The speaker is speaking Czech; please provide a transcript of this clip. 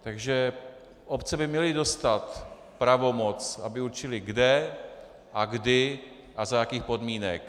Takže obce by měly dostat pravomoc, aby určily, kde a kdy a za jakých podmínek.